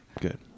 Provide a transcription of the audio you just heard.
good